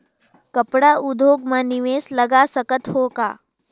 कपड़ा उद्योग म निवेश लगा सकत हो का?